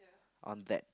on that